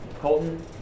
Colton